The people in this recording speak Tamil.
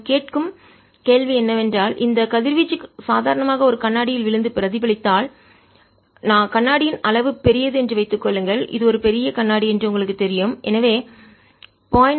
நாம் கேட்கும் கேள்வி என்னவென்றால் இந்த கதிர்வீச்சு சாதாரணமாக ஒரு கண்ணாடியில் விழுந்து பிரதிபலித்தால் கண்ணாடியின் அளவு பெரியது என்று வைத்துக் கொள்ளுங்கள் இது ஒரு பெரிய கண்ணாடி என்று உங்களுக்குத் தெரியும் எனவே 0